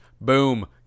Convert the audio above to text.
Boom